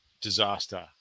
disaster